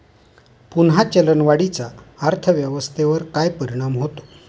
पुन्हा चलनवाढीचा अर्थव्यवस्थेवर काय परिणाम होतो